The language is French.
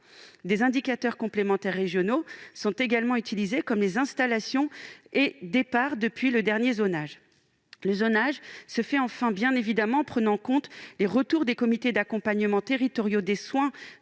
Des indicateurs complémentaires régionaux sont également utilisés, comme les installations et départs depuis le dernier zonage. Enfin, le zonage se fait bien évidemment en prenant en compte les retours des comités d'accompagnement territoriaux des soins